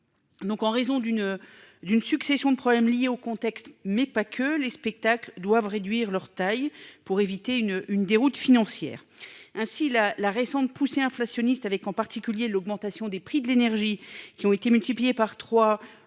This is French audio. Donc, en raison d'une d'une succession de problèmes liés au contexte mais pas que les spectacles doivent réduire leur taille pour éviter une une déroute financière ainsi la la récente poussée inflationniste avec en particulier l'augmentation des prix de l'énergie, qui ont été multipliés par